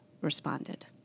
responded